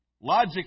Logic